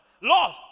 Lord